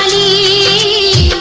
ie